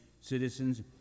citizens